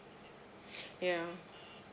yeah